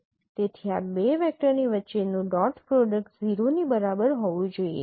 તેથી આ બે વેક્ટરની વચ્ચેનું ડોટ પ્રોડક્ટ 0 ની બરાબર હોવું જોઈએ